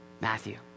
Matthew